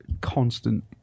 constant